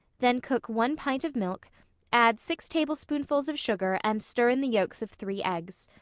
then cook one pint of milk add six tablespoonfuls of sugar and stir in the yolks of three eggs.